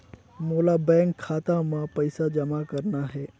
मोला बैंक खाता मां पइसा जमा करना हे?